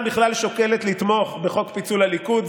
בכלל שוקלת לתמוך בחוק פיצול הליכוד?